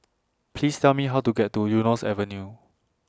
Please Tell Me How to get to Eunos Avenue